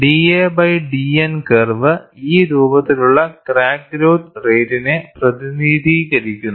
da by dN curve ഈ രൂപത്തിലുള്ള crack growth റേറ്റ്റ്റ്റിനെ പ്രതിനിധീകരിക്കുന്നു